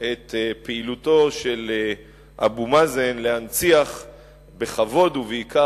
את פעילותו של אבו מאזן להנציח בכבוד וביקר